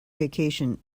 vacation